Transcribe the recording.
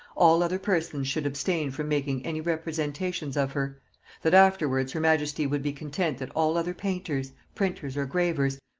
all other persons should abstain from making any representations of her that afterwards her majesty would be content that all other painters, printers, or gravers,